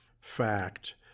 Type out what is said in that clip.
Fact